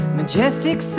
majestic